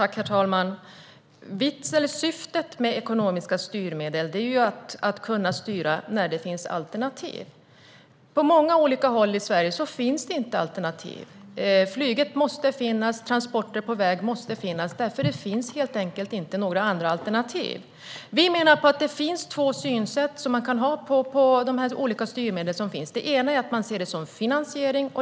Herr talman! Vitsen eller syftet med ekonomiska styrmedel är att kunna styra när det finns alternativ. På många olika håll i Sverige finns det inga alternativ. Flyget måste finnas, och transporter på väg måste finnas därför att det helt enkelt inte finns några andra alternativ. Vi menar att man kan ha två synsätt på de olika styrmedel som finns. Det ena är att man ser dem som finansiering.